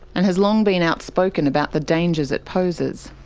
and has long been outspoken about the dangers it poses.